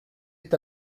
est